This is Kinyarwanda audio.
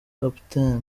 capt